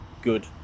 good